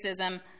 racism